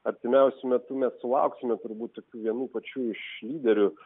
artimiausiu metu mes sulauksime turbūt tokių vienų pačių iš lyderių